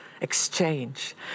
exchange